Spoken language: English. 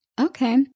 Okay